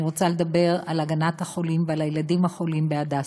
אני רוצה לדבר על הגנת החולים ועל הילדים החולים בהדסה.